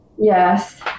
Yes